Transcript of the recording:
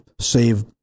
save